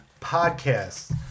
Podcast